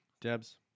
Debs